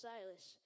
Silas